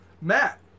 Matt